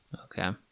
Okay